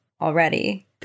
already